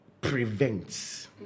prevents